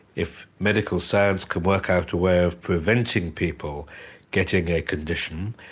if medical science can work out a way of preventing people getting a condition,